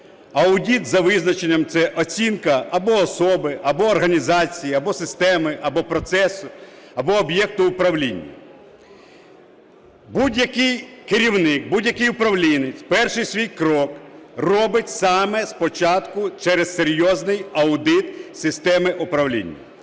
Аудит, за визначенням, – це оцінка або особи, або організації, або системи, або процесу, або об'єкту управління. Будь-який керівник, будь-який управлінець перший свій крок робить саме спочатку через серйозний аудит системи управління.